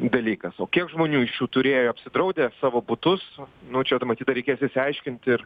dalykas o kiek žmonių iš jų turėjo apsidraudę savo butus nu čia dar matyt dar reikės išsiaiškinti ir